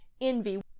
envy